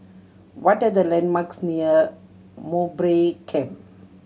what are the landmarks near Mowbray Camp